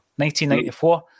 1994